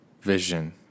Vision